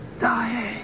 Dying